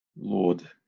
Lord